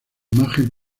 imagen